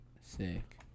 Sick